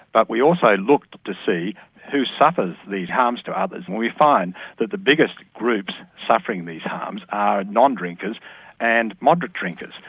but we also look to see who suffers these harms to others, and we find that the biggest groups suffering these harms are non-drinkers and moderate drinkers.